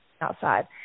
outside